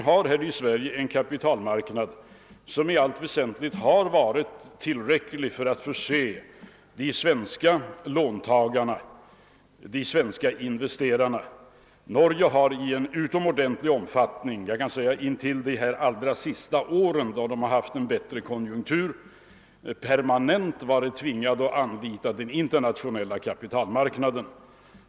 Här i Sverige har kapitalmarknaden i allt väsentligt varit tillräcklig för att förse de svenska låntagarna och investerarna med kapital. Norge har — intill de se naste åren, då konjunkturen har blivit bättre — permanent tvingats att i utomordentligt stor omfattning anlita den internationella kapitalmarknaden.